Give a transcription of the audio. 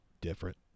different